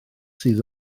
sydd